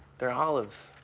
they're olives.